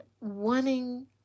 wanting